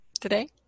today